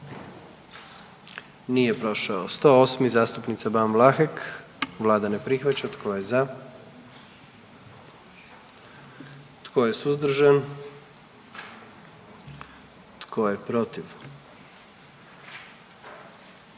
44. Kluba zastupnika SDP-a, vlada ne prihvaća. Tko je za? Tko je suzdržan? Tko je protiv?